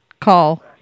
call